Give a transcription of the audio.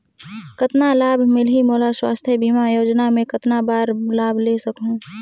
कतना लाभ मिलही मोला? स्वास्थ बीमा योजना मे कतना बार लाभ ले सकहूँ?